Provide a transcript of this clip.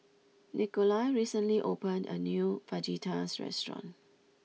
Nikolai recently opened a new Fajitas restaurant